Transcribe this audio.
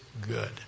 good